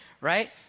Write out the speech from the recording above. right